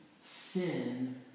sin